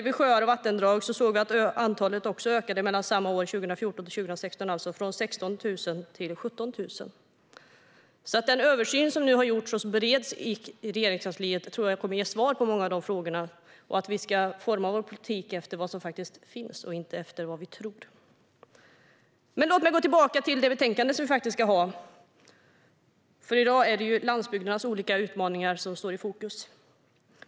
Vid sjöar och vattendrag ökade antalet mellan 2014 och 2016 från 16 000 till 17 000. Den översyn som nu har gjorts och som bereds i Regeringskansliet tror jag kommer att ge svar på många av de här frågorna och visa att vi ska forma vår politik efter vad som faktiskt finns och inte efter vad vi tror. Låt mig gå tillbaka till det betänkande som vi ska debattera. I dag är det landsbygdernas olika utmaningar som står i fokus.